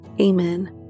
Amen